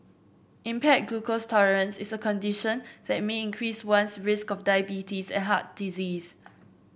impaired glucose tolerance is a condition that may increase one's risk of diabetes and heart disease